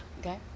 okay